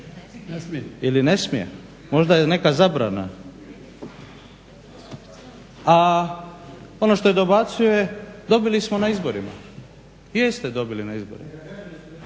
ne smije. Možda je neka zabrana. A ono što dobacuje, dobili smo na izborima. Jeste dobili na izborima